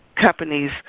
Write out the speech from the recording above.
companies